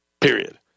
period